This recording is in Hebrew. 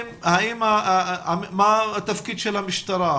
מה התפקיד של המשטרה?